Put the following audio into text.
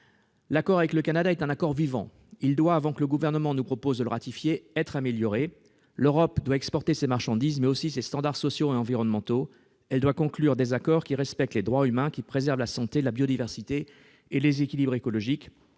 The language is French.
L'accord avec le Canada est un accord vivant. Il doit, avant que le Gouvernement nous propose de le ratifier, être amélioré. L'Europe doit exporter ses marchandises, mais aussi ses standards sociaux et environnementaux. Elle doit conclure des accords qui respectent les droits humains et qui préservent la santé, la biodiversité et les équilibres écologiques.